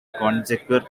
conjecture